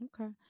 Okay